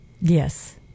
Yes